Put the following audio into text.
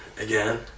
again